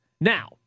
Now